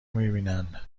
میبینن